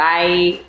Bye